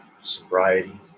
sobriety